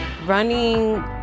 Running